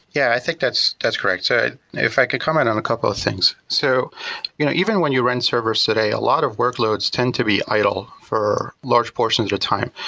yeah, i think that's that's correct. if i could comment on a couple of things. so you know even when you run servers today, a lot of work loads tend to be idle for large portions of time.